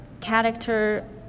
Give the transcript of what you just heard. character